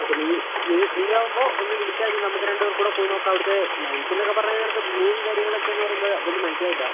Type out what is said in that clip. അപ്പം നീ നീ ഫ്രീ ആവുമ്പോൾ ഒന്ന് വിളിച്ചാൽ മതി നമുക്ക് രണ്ട് പേർക്കുംകൂടെ പോയി നോക്കാം അവിടുത്തെ നൈറ്റ് എന്ന് ഒക്കെ പറഞ്ഞാൽ നിനക്ക് വ്യൂവും കാര്യങ്ങളൊക്കെ എന്ന് പറയുമ്പം വലിയ മനസ്സിലാവില്ല